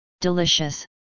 Delicious